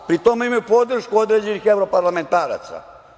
Pri tome, imaju podršku određenih evroparlamentaraca.